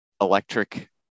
electric